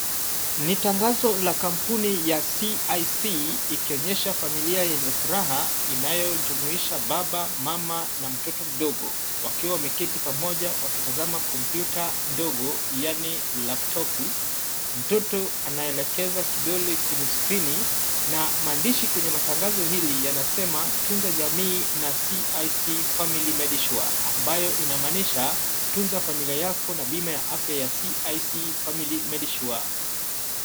Ni tangazo la kampuni ya CIC ikionyesha familia yenye furaha inayojumuisha baba mama na mtoto mdogo, wakiwa wameketi pamoja wakitazama kompyuta ndogo yaani laptopu . Mtoto anaelekeza kidole kwenye skrini na maandishi kwenye matangazo hili yanasema, Tunza jamii na CIC family medisure ambayo inamaanisha tunza familia yako na bima ya afya ya CIC family medisure .